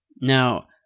Now